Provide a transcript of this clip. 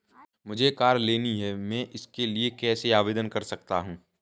मुझे कार लेनी है मैं इसके लिए कैसे आवेदन कर सकता हूँ?